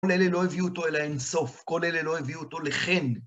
כל אלה לא הביאו אותו אלי אינסוף. כל אלה לא הביאו אותו לכן.